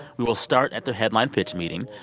we will start at their headline pitch meeting.